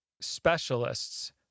specialists